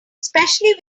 especially